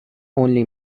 only